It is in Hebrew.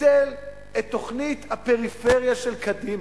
ביטל את תוכנית הפריפריה של קדימה,